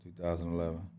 2011